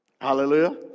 Hallelujah